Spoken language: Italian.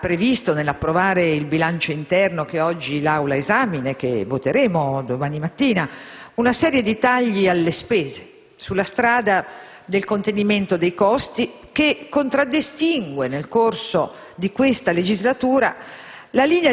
giorni fa, nell'approvare il bilancio interno che oggi l'Aula esamina e che voteremo domani mattina, ha previsto una serie di tagli alle spese, sulla strada del contenimento dei costi che contraddistingue nel corso di questa legislatura